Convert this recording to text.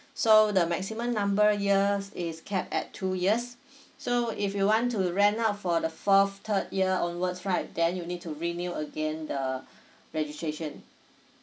so the maximum number years is capped at two years so if you want to rent out for the fourth third year onwards right then you need to renew again the registration